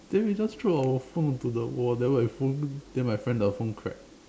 then we just throw our phone onto the wall then my phone then my friend the phone crack